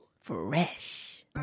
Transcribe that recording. fresh